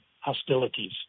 hostilities